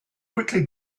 quickly